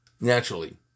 naturally